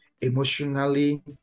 emotionally